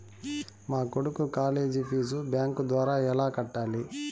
మా కొడుకు college fees bank ద్వారా ఎలా కట్టాలి?